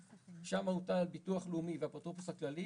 שם הוטל על ביטוח לאומי והאפוטרופוס הכללי